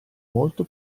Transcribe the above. molto